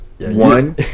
one